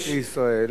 גורם בישראל